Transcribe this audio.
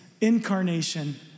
incarnation